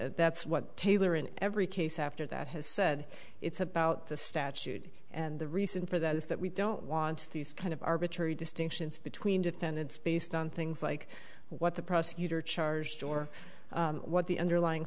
at that's what taylor in every case after that has said it's about the statute and the reason for that is that we don't want these kind of arbitrary distinctions between defendants based on things like what the prosecutor charged or what the underlying